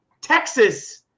Texas